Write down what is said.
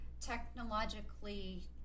technologically